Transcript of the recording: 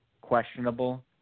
questionable